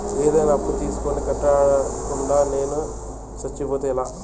ఏదైనా అప్పు తీసుకొని కట్టకుండా నేను సచ్చిపోతే ఎలా